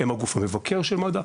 הוא הגוף המבקר של מד"א.